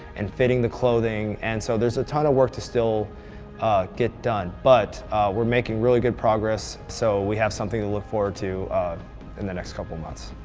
and fitting the clothing. and so there's a ton of work to still get done but we're making really good progress so we have something to look forward to in the next couple months.